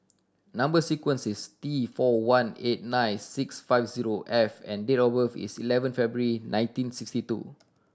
number sequence is T four one eight nine six five zero F and date of birth is eleven February nineteen sixty two